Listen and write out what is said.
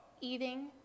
eating